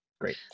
great